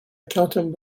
accounting